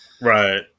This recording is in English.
right